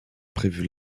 prévu